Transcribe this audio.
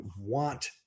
want